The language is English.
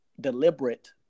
deliberate